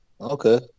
okay